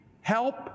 help